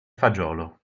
fagiolo